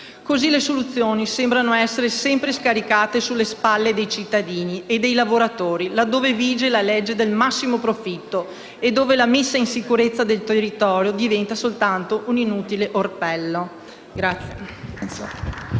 Così le soluzioni sembrano essere sempre scaricate sulle spalle dei cittadini e dei lavoratori, laddove vige la legge del massimo profitto e dove la messa in sicurezza del territorio diviene soltanto un inutile orpello.